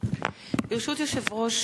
ברשות יושב-ראש